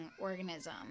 organism